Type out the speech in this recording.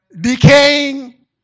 Decaying